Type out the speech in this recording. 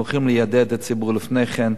הולכים ליידע את הציבור לפני כן.